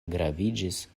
graviĝis